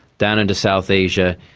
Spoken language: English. down into south asia,